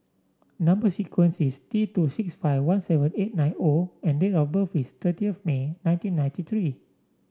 number sequence is T two six five one seven eight nine O and date of birth is thirty May nineteen ninety three